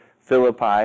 Philippi